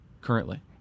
currently